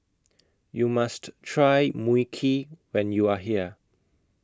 YOU must Try Mui Kee when YOU Are here